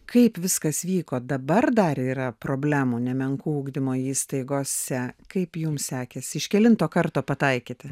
kaip viskas vyko dabar dar yra problemų nemenkų ugdymo įstaigose kaip jums sekėsi iš kelinto karto pataikėte